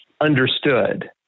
understood